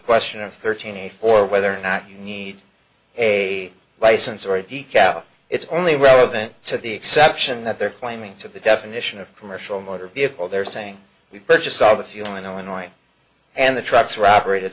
question of thirteen or whether or not you need a license or a peek out it's only relevant to the exception that they're claiming to the definition of commercial motor vehicle they're saying we purchased all the fuel in illinois and the trucks wrapper it